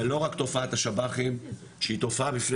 זה לא רק תופעת השב"חים שהיא תופעה בפני